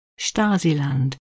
Stasiland